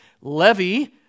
Levy